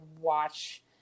watch